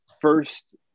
first